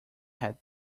had